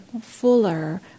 fuller